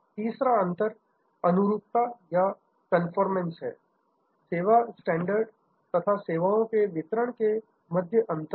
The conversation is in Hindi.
तीसरा अंतर कन्फोमेंस अनुरूपता सेवा स्टैंडर्ड तथा सेवाओं के वितरण के मध्य अंतर है